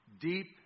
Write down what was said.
deep